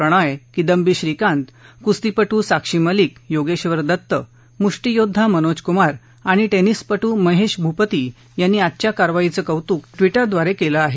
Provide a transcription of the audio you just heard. प्रणॉय किदंबी श्रीकांत कुस्तीपू साक्षी मलिक योगेश्वर दत्त मुष्टीयोद्धा मनोजकुमार आणि भिसप्टूमहेश भूपती यांनी आजच्या कारवाईचं कौतुक विजेद्वारे केलं आहे